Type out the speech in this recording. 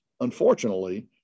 unfortunately